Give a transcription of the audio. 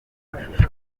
mashusho